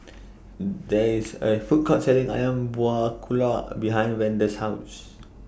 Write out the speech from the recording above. There IS A Food Court Selling Ayam Buah Keluak behind Vander's House